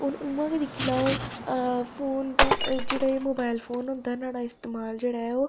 हून उ'आं गै दिक्खी लैओ अ फोन दा जेह्ड़ा एह् मोबाइल फोन होंदा ऐ न्हाड़ा इस्तेमाल जेह्ड़ा ऐ ओह्